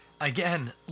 again